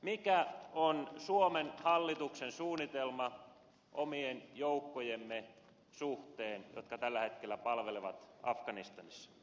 mikä on suomen hallituksen suunnitelma omien joukkojemme suhteen jotka tällä hetkellä palvelevat afganistanissa